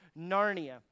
Narnia